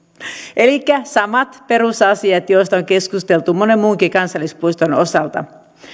elikkä samat perusasiat joista on keskusteltu monen muunkin kansallispuiston osalta